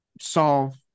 solve